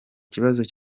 kibazo